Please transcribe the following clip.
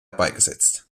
beigesetzt